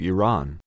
Iran